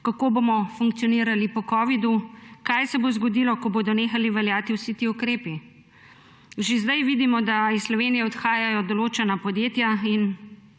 kako bomo funkcionirali po covidu, kaj se bo zgodilo, ko bodo nehali veljati vsi ti ukrepi. Že sedaj vidimo, da iz Slovenije odhajajo določena podjetja in